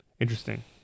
interesting